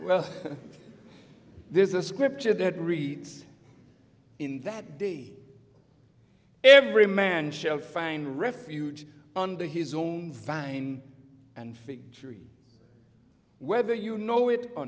well there's a scripture that reads in that day every man shall find refuge under his own fine and fig tree whether you know it or